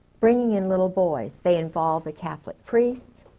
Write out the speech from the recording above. bringing in little boys. they involved the catholic priests.